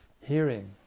Hearing